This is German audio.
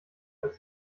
als